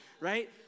right